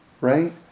Right